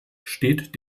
steht